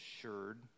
assured